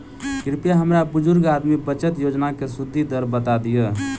कृपया हमरा बुजुर्ग आदमी बचत योजनाक सुदि दर बता दियऽ